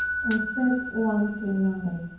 and said one to another,